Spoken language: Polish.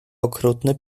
okrutny